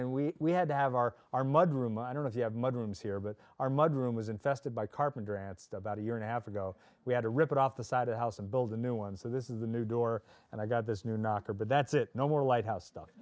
and we had to have our our mud room i don't know if you have mud rooms here but our mud room was infested by carpenter ants about a year and a half ago we had to rip it off the side of house and build a new one so this is a new door and i got this new knocker but that's it no more light house stuff